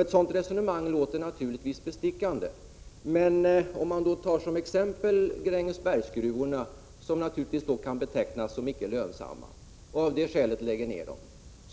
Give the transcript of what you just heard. Ett sådant resonemang är bestickande. Men en nedläggning av t.ex. Grängesbergsgruvorna, som kan betecknas som icke lönsamma,